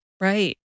Right